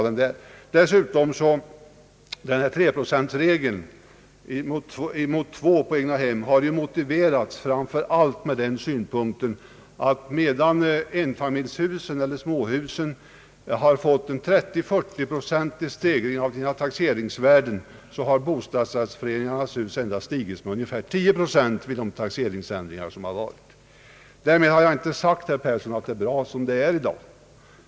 Regeln om schablonavdrag med 3 procent = för <:bostadsrättsföreningar gentemot 2 procent för egnahem har motiverats framför allt med den synpunkten att medan småhusen har fått sina taxeringsvärden höjda med 30 och 40 procent har taxeringsvärdet på bostadsrättsföreningarnas hus endast stigit med ungefär 10 procent. Därmed har jag dock, herr Yngve Persson, inte sagt att det är bra som det är.